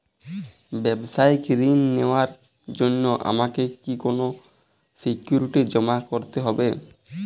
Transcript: ব্যাবসায়িক ঋণ নেওয়ার জন্য আমাকে কি কোনো সিকিউরিটি জমা করতে হবে?